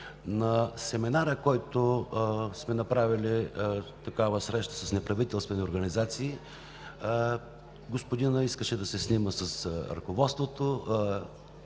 На семинара, който сме направили – среща с неправителствени организации, господинът искаше да се снима с ръководството